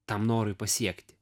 tam norui pasiekti